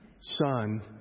Son